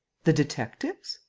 the detectives?